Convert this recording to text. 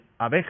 abeja